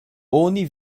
oni